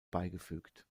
beigefügt